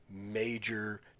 major